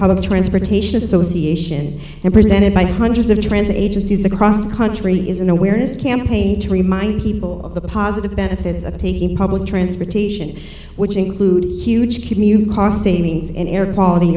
public transportation association and presented by hundreds of transit agencies across the country is an awareness campaign to remind people of the positive benefits of taking public transportation which include huge commute cost savings in air quality